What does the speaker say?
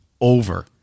over